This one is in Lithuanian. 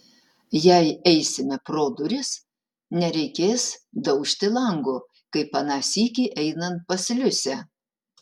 jei eisime pro duris nereikės daužti lango kaip aną sykį einant pas liusę